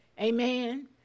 Amen